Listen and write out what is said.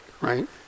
right